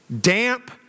damp